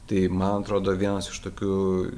tai man atrodo vienas iš tokių